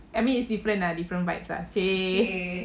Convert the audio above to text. I mean it's different lah different vibes lah !chey!